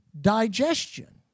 digestion